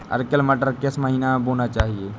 Arkel मटर किस महीना में बोना चाहिए?